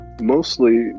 mostly